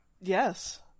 Yes